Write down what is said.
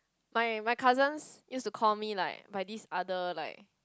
my my cousins used to call me like by this other like